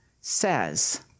says